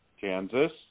Kansas